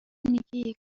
میگی